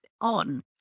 on